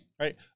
right